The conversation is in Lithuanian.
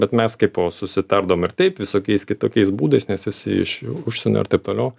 bet mes kaipo susitardavom ir taip visokiais kitokiais būdais nes visi iš užsienio ir taip toliau